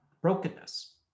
brokenness